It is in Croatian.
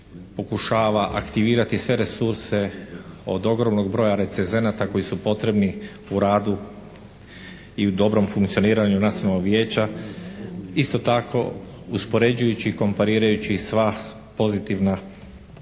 pokušava aktivirati sve resurse od ogromnog broja recezenata koji su potrebni u radu i u dobrom funkcioniranju Nacionalnog vijeća isto tako uspoređujući i komparirajući sva pozitivna rekao